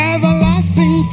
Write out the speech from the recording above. Everlasting